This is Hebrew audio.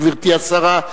גברתי השרה,